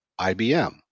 IBM